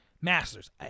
Masters